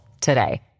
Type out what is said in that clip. today